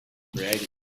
creative